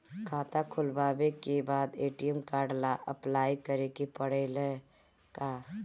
खाता खोलबाबे के बाद ए.टी.एम कार्ड ला अपलाई करे के पड़ेले का?